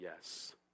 yes